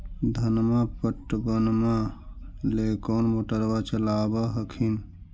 धनमा पटबनमा ले कौन मोटरबा चलाबा हखिन?